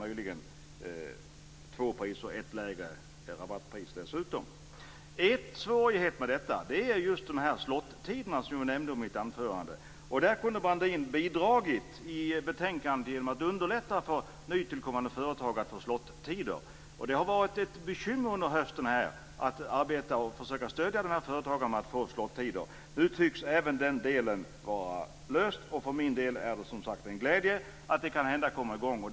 Möjligen blir det två priser, ett lägre rabattpris dessutom. En svårighet med detta är just de här slot-tiderna som jag nämnde i mitt anförande. Där kunde Brandin ha bidragit i betänkandet genom att underlätta för nytillkommande företag att få slot-tider. Det har varit ett bekymmer under hösten att arbeta och försöka stödja de här företagarna så att de kan få slot-tider. Nu tycks även den delen vara löst. För min del är det som sagt en glädje att det kan hända att det kommer i gång.